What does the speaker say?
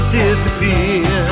disappear